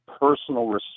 personal